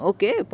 Okay